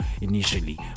initially